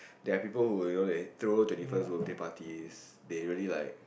there are people who you know that throw twenty first birthday parties they really like